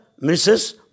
Mrs